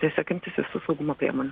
tiesiog imtis visų saugumo priemonių